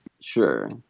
Sure